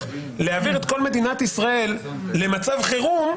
להעביר את כל מדינת ישראל למצב חירום,